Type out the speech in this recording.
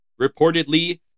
reportedly